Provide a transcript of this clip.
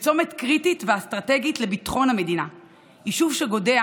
בצומת קריטי ואסטרטגי לביטחון המדינה; יישוב שגודע,